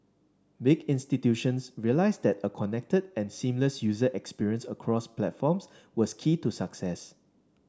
big institutions realised that a connected and seamless user experience across platforms was key to success